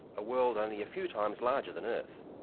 a world only a few times larger than earth.